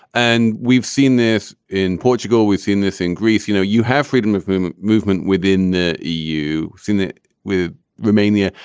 and we've seen this in portugal, we've seen this in greece. you know you have freedom of movement movement within the eu. seen it with romania.